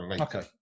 Okay